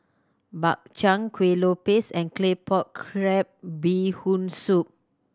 Bak Chang Kueh Lopes and Claypot Crab Bee Hoon Soup